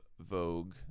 vogue